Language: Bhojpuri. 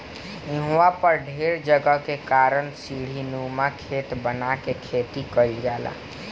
इहवा पर ढेर जगह के कारण सीढ़ीनुमा खेत बना के खेती कईल जाला